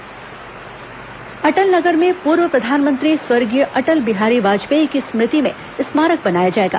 अटल स्मारक अटल नगर में पूर्व प्रधानमंत्री स्वर्गीय अटल बिहारी वाजपेयी की स्मृति में स्मारक बनाया जाएगा